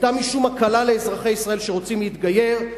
משום הקלה לאזרחי ישראל שרוצים להתגייר,